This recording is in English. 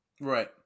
Right